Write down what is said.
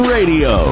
Radio